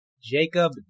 Jacob